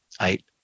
eight